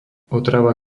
otrava